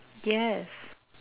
yes